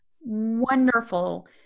wonderful